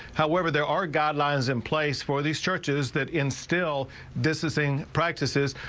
however there are guidelines in place for these churches that instill this is saying practices.